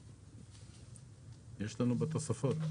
יש לנו את התוספות.